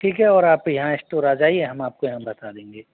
ठीक है और आप यहाँ स्टोर आ जाइए हम आपको यहाँ बता देंगे